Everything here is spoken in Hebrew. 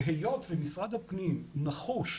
היות ומשרד הפנים נחוש